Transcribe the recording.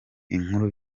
inkuru